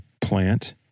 plant